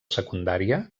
secundària